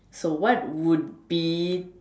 so what would be